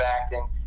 acting